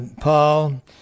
Paul